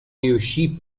riuscì